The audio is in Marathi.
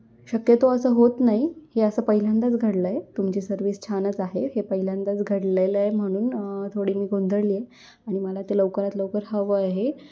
शक्यतो असं होत नाही हे असं पहिल्यांदाच घडलं आहे तुमची सर्विस छानच आहे हे पहिल्यांदाच घडलेलं आहे म्हणून थोडी मी गोंधळली आहे आणि मला ते लवकरात लवकर हवं आहे